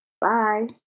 Bye